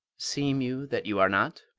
seem you that you are not?